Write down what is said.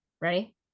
Ready